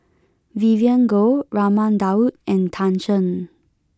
Vivien Goh Raman Daud and Tan Shen